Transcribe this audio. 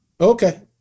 Okay